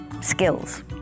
skills